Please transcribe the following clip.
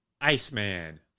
Iceman